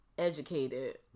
Educated